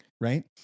Right